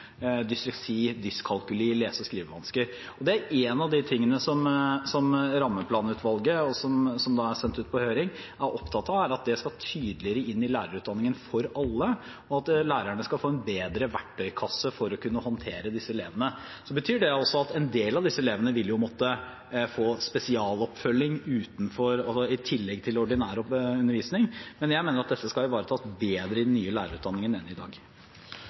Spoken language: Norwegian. En av de tingene som rammeplanutvalgets innstilling, som da er sendt ut på høring, er opptatt av, er at det skal tydeligere inn i lærerutdanningen for alle, og at lærerne skal få en bedre verktøykasse for å kunne håndtere disse elevene. Så betyr det også at en del av disse elevene vil måtte få spesialoppfølging i tillegg til ordinær undervisning, men jeg mener at dette skal ivaretas bedre i den nye lærerutdanningen enn i dag.